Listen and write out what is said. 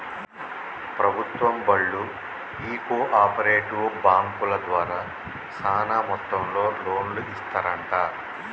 ప్రభుత్వం బళ్ళు ఈ కో ఆపరేటివ్ బాంకుల ద్వారా సాన మొత్తంలో లోన్లు ఇస్తరంట